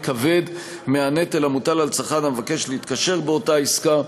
כבד מהנטל המוטל על צרכן המבקש להתקשר באותה עסקה.